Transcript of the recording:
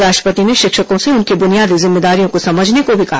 राष्ट्रपति ने शिक्षकों से उनकी बुनियादी जिम्मेदारियां समझने को भी कहा